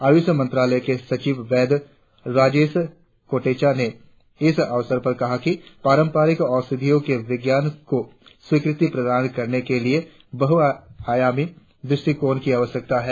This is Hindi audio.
आयुष मंत्रालय के सचिव वैद्य राजेश कोटेचा ने इस अवसर पर कहा कि परांपरिक औषधियों के विज्ञान को स्वीकृति प्रदान करने के लिए बहुआयामी दृष्टिकोण की आवश्यकता है